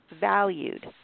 valued